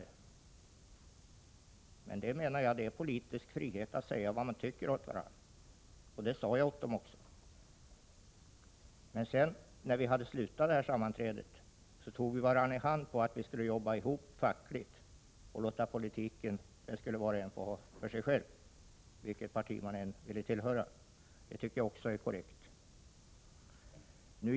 Det är emellertid, menar jag, politisk frihet att säga vad man tycker åt varandra, och det sade jag också till dem. Men när sammanträdet var avslutat tog vi varandra i hand på att vi skulle jobba ihop fackligt, och politiken — oavsett vilket parti man ville tillhöra — skulle var och en få ha för sig själv. Det tycker jag också är korrekt.